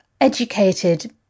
educated